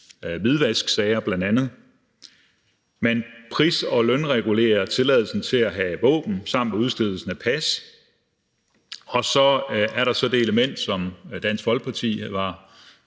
hvidvasksager. Man pris- og lønregulerer tilladelsen til at have våben samt ved udstedelsen af pas, og så er der så det element, som Dansk Folkeparti var